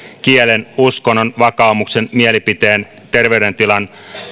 kielen uskonnon vakaumuksen mielipiteen terveydentilan